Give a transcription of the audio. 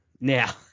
Now